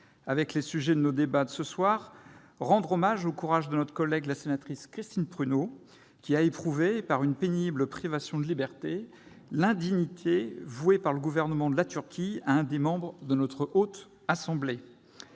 avec les sujets de nos débats de ce soir, rendre hommage au courage de notre collègue Christine Prunaud, qui a éprouvé, par une pénible privation de liberté, l'indignité vouée par le gouvernement de la Turquie à l'un des membres de notre Haute Assemblée.